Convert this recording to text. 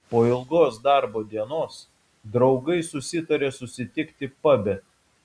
po ilgos darbo dienos draugai susitarė susitikti pabe